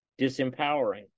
Disempowering